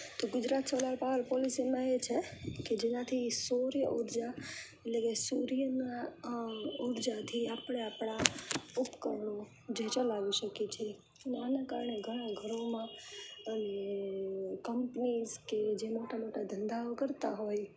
તો Gujarat solar power પોલ્યુસનમાં એ છે કે જેનાથી સૌર ઊર્જા એટલે કે સૂર્યના ઊર્જાથી આપણે આપણા ઉપકરણો જે ચલાવી શકીએ છીએ અને આના કારણે ઘણા ઘરોમાં અને કંપનીઝ કે જે મોટા મોટા ધંધાઓ કરતાં હોય